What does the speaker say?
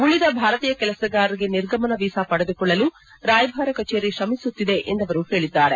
ಉಳಿದ ಭಾರತೀಯ ಕೆಲಸಗಾರರಿಗೆ ನಿರ್ಗಮನ ವೀಸಾ ಪಡೆದುಕೊಳ್ಳಲು ರಾಯಭಾರ ಕಚೇರಿ ಶ್ರಮಿಸುತ್ತಿದೆ ಎಂದು ಅವರು ಹೇಳಿದ್ದಾರೆ